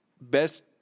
best